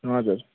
हजुर